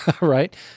right